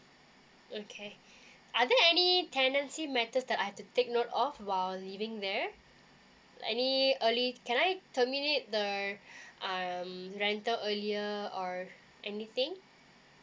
okay are there any tenancy matters that I have to take note of while living there any early can I terminate the um rental earlier or anything